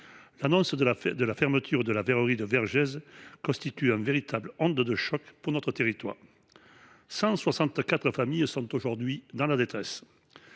L'annonce de la fermeture de la verrerie de Vergès constitue un véritable honte de choc pour notre territoire. 164 familles sont aujourd'hui dans la détresse.